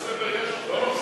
ברוב בתי-הספר יש כבר.